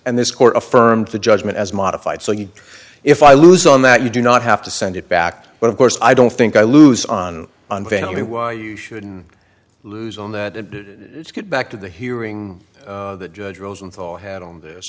and this court affirmed the judgment as modified so you know if i lose on that you do not have to send it back but of course i don't think i lose on on family why you shouldn't lose on that get back to the hearing the judge rosenthal had on this